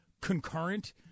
concurrent